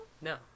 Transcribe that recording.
No